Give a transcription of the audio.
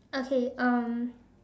okay um